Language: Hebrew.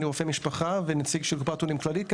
אני רופא משפחה, ונציג של קופת חולים כללית.